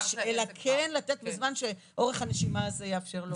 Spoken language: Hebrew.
אלא כן לתת בזמן שאורך הנשימה הזה יאפשר לו.